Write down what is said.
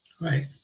right